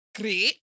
great